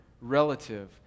relative